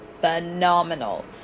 phenomenal